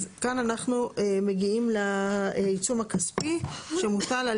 אז כאן אנחנו מגיעים לעיצום הכספי שמוטל על